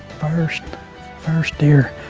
first first deer.